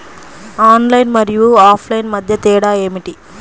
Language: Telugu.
ఆన్లైన్ మరియు ఆఫ్లైన్ మధ్య తేడా ఏమిటీ?